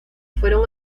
fueron